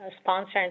sponsor